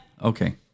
Okay